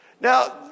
Now